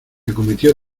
acometió